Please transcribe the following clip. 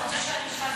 רוצה שאני אשאל במקום?